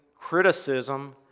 criticism